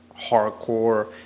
hardcore